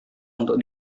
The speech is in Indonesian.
untuk